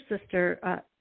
sister